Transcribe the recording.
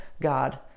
God